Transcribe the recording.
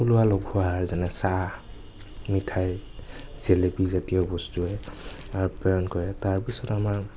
থলুৱা লঘু আহাৰ যেনে চাহ মিঠাই জেলেপী জাতীয় বস্তুৱে আপ্য়ায়ন কৰে তাৰপিছত আমাৰ